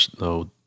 no